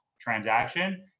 transaction